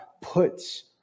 puts